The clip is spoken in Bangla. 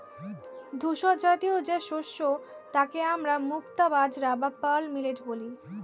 ধূসরজাতীয় যে শস্য তাকে আমরা মুক্তা বাজরা বা পার্ল মিলেট বলি